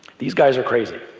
these guys are crazy